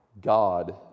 God